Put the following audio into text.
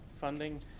funding